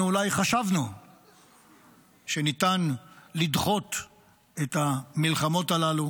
אנחנו אולי חשבנו שניתן לדחות את המלחמות הללו,